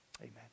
Amen